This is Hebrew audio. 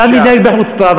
אדם מתנהג בחוצפה,